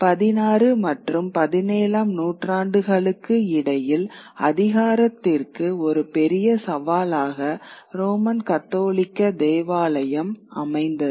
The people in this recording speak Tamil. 16 மற்றும் 17 ஆம் நூற்றாண்டுகளுக்கு இடையில் அதிகாரத்திற்கு ஒரு பெரிய சவாலாக ரோமன் கத்தோலிக்க தேவாலயம் அமைந்தது